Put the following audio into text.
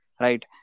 right